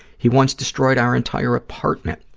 he once destroyed our entire apartment,